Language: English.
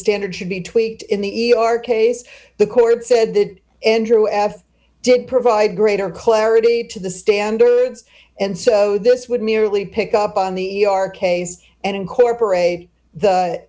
standard should be tweaked in the e r case the court said that n g o s did provide greater clarity to the standards and so this would merely pick up on the case and incorporate the